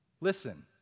Listen